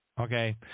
Okay